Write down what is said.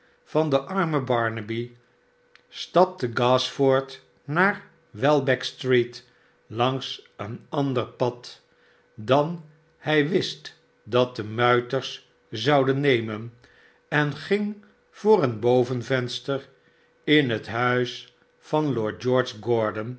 van den armen barnaby stapte gashford naarwelbeck street langs een ander pad dan nij wist dat de muiters zouden nemen en ging voor een bovenvenster m het huis van lord